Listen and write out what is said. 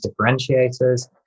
differentiators